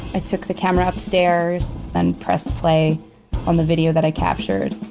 i took the camera upstairs, then pressed play on the video that i captured